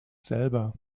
selber